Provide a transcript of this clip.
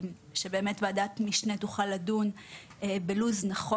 כדי שוועדת המשנה תוכל לדון בלו"ז מתאים.